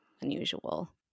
unusual